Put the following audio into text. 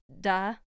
duh